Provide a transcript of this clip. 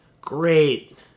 Great